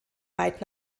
weit